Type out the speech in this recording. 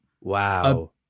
Wow